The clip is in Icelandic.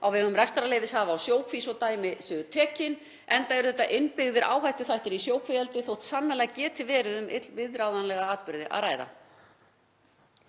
á vegum rekstrarleyfishafa á sjókví svo dæmi séu tekin, enda eru þetta innbyggðir áhættuþættir í sjókvíaeldi þótt sannanlega geti verið um illviðráðanlega atburði að ræða.